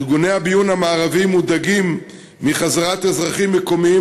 ארגוני הביון במערב מודאגים מחזרת אזרחים מקומיים,